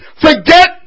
forget